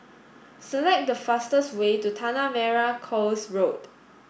select the fastest way to Tanah Merah Coast Road